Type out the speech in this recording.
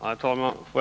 Herr talman!